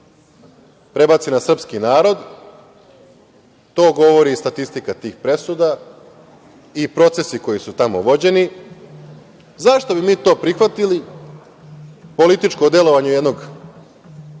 prebaci na srpski narod. To govori i statistika tih presuda i procesi koji su tamo vođeni. Zašto bi mi to prihvatili, političko delovanje jednog